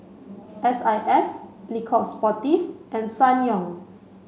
S I S Le Coq Sportif and Ssangyong